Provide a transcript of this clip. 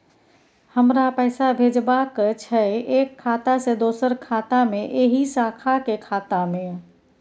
हमरा पैसा भेजबाक छै एक खाता से दोसर खाता मे एहि शाखा के खाता मे?